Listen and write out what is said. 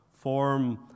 form